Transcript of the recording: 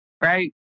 right